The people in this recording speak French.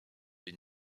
une